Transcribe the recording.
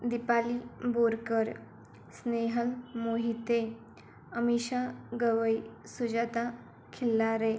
Dipali Borkar Snehal Mohite Amisha Gawai Sujata Khillare